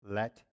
let